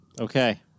Okay